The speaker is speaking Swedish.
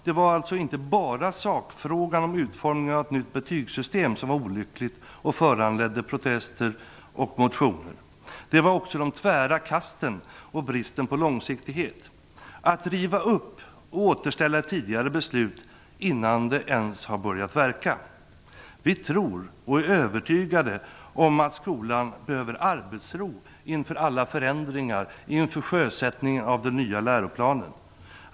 Det var alltså inte bara sakfrågan om utformningen av ett nytt betygssystem som var olycklig och föranledde protester och motioner. Det var också de tvära kasten och bristen på långsiktighet - att riva upp och återställa ett tidigare beslut innan det ens har börjat verka. Vi tror och är övertygade om att skolan behöver arbetsro inför alla förändringar och inför sjösättningen av den nya läroplanen.